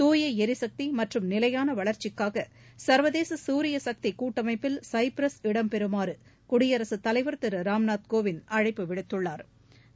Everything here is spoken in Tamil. துாய எரிசக்தி மற்றும் நிலையான வளர்ச்சிக்காக சா்வதேச சூரிய சக்தி கூட்டணப்பில் சைப்ரஸ் இடம் பெறுமாறு குடியரசுத் தலைவா் திரு ராம்நாத் கோவிந்த் அழைப்பு விடுத்துள்ளாா்